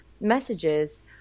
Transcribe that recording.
messages